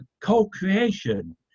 co-creation